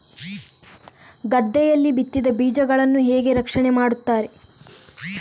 ಗದ್ದೆಯಲ್ಲಿ ಬಿತ್ತಿದ ಬೀಜಗಳನ್ನು ಹೇಗೆ ರಕ್ಷಣೆ ಮಾಡುತ್ತಾರೆ?